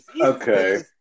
okay